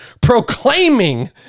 proclaiming